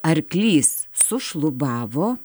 arklys sušlubavo